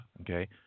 Okay